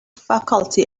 faculty